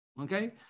Okay